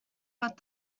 but